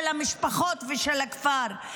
של המשפחות ושל הכפר,